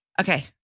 Okay